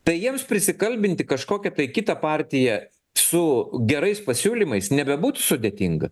tai jiems prisikalbinti kažkokią tai kitą partiją su gerais pasiūlymais nebebūtų sudėtinga